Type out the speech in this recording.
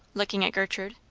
looking at gertrude.